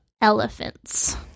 elephants